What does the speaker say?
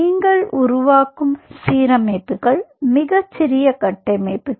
நீங்கள் உருவாக்கும் சீரமைப்புகள் மிகச் சிறிய கட்டமைப்புகள்